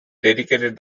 dedicated